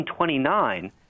1929